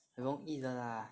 很容易的啦